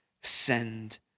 send